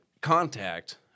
contact